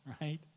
right